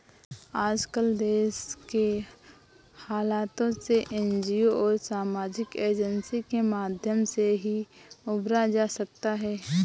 आजकल देश के हालातों से एनजीओ और सामाजिक एजेंसी के माध्यम से ही उबरा जा सकता है